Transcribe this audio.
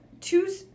Two